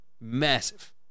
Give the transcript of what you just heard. Massive